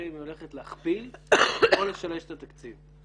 אם היא הולכת להכפיל או לשלש את התקציב.